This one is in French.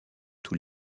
tous